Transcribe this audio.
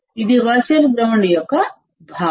ఇది virtual ground యొక్క భావన